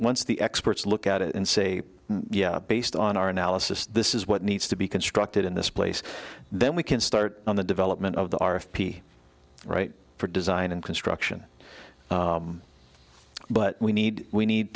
once the experts look at it and say based on our analysis this is what needs to be constructed in this place then we can start on the development of the r f p right for design and construction but we need we need